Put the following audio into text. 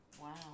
Wow